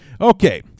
okay